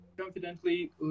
confidently